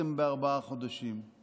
דחיתם בארבעה חודשים.